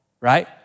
right